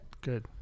Good